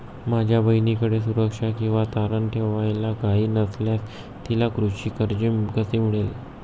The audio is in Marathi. माझ्या बहिणीकडे सुरक्षा किंवा तारण ठेवायला काही नसल्यास तिला कृषी कर्ज कसे मिळेल?